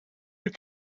you